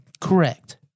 Correct